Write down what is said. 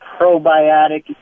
probiotic